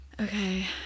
Okay